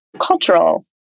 cultural